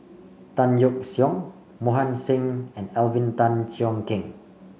Tan Yeok Seong Mohan Singh and Alvin Tan Cheong Kheng